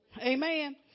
Amen